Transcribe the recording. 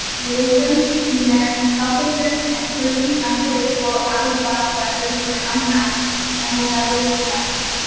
your wisdom, humor selflessness, and quirky, unpredictable out-of-the-box lessons were unmatched and will never be forgotten.